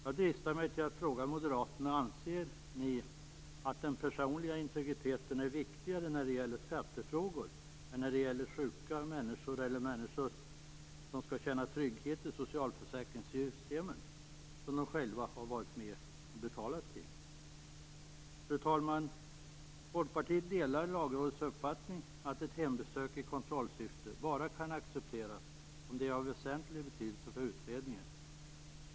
Jag dristar mig till att fråga moderaterna: Anser ni att den personliga integriteten är viktigare när det gäller skattefrågor än när det gäller sjuka människor eller människor som skall känna trygghet i de socialförsäkringssystem som de själva har varit med och betalat till? Fru talman! Folkpartiet delar Lagrådets uppfattning att ett hembesök i kontrollsyfte bara kan accepteras om det är av väsentlig betydelse för utredningen.